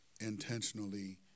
intentionally